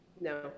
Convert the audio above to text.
No